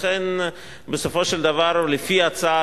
לכן בסופו של דבר לפי ההצעה,